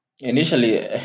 Initially